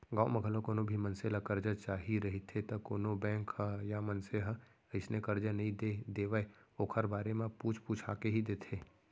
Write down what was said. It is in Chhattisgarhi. गाँव म घलौ कोनो भी मनसे ल करजा चाही रहिथे त कोनो बेंक ह या मनसे ह अइसने करजा नइ दे देवय ओखर बारे म पूछ पूछा के ही देथे